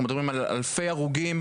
אנחנו מדברים על אלפי הרוגים,